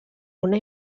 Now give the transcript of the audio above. una